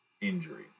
injury